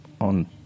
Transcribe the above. on